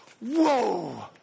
Whoa